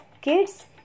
Kids